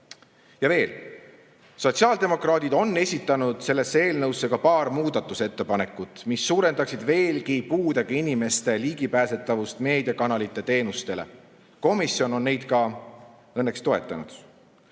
Ja veel: sotsiaaldemokraadid on esitanud selle eelnõu kohta ka paar muudatusettepanekut, mis suurendaksid veelgi puudega inimeste ligipääsu meediakanalite teenustele. Komisjon on neid ka õnneks toetanud.